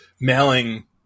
mailing